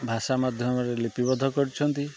ଭାଷା ମାଧ୍ୟମରେ ଲିପିବଦ୍ଧ କରିଛନ୍ତି